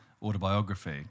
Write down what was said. autobiography